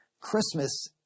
Christmas